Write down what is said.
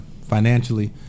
financially